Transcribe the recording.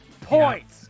points